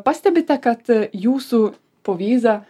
pastebite kad jūsų povyza